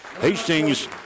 Hastings